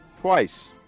twice